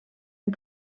een